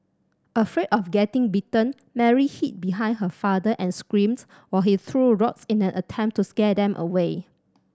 afraid of getting bitten Mary hid behind her father and screamed while he threw rocks in an attempt to scare them away